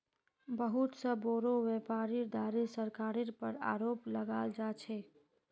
बहुत स बोरो व्यापीरीर द्वारे सरकारेर पर आरोप लगाल जा छेक